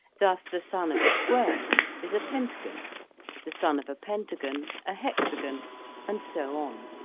thus the son of a square is a pentagon the son of a pentagon, a hexagon and so on.